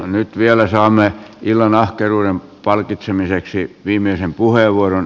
nyt vielä saamme illan ahkeruuden palkitsemiseksi viimeisen puheenvuoron